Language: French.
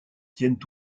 tiennent